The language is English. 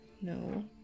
No